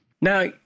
Now